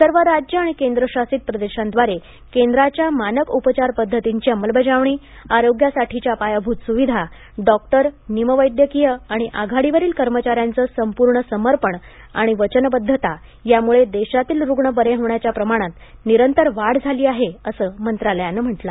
सर्व राज्यं आणि केंद्रशासित प्रदेशाद्वारे केंद्राच्या मानक उपचार पध्दतीची अंमलबजावणी आरोग्यासाठीच्या पायाभूत सुविधा डॉक्टर निमवैद्यकीय आणि आघाडीवरील कर्मचाऱ्यांचं संपूर्ण समर्पण आणि वचनबद्धता यामुळे देशातील रुग्ण बरे होण्याच्या प्रमाणांत निरंतर वाढ झाली आहे असंही मंत्रालयानं सागिंतलं